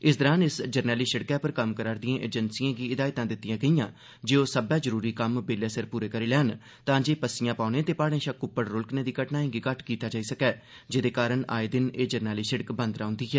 इस दौरान इस जरनैली सिड़का पर कम्म करा रदियें एजेंसियें गी हिदायतां दितियां गेड़यां जे ओ सब्बै जरुरी कम्म बेल्लै सिर पूरे करी लैन तां जे पस्सियां पौने ते प्हाड़े शा क्प्पड़ रुलकने दी घटनाएं गी घट्ट कीता जाई सकै जेदे कारण आए दिन एह जरनैली सिड़क बंद रौहन्दी ऐ